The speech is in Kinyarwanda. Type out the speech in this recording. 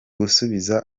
gusubiza